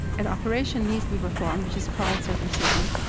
an operation needs to be performed which is called circumcision,